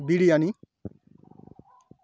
biryani